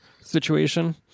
situation